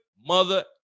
mother